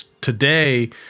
today